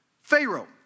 Pharaoh